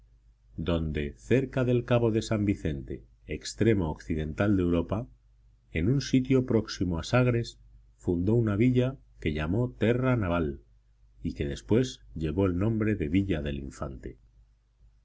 donde cerca del cabo de san vicente extremo occidental de europa en un sitio próximo a sagres fundó una villa que llamó terra naval y que después llevó el nombre de villa del infante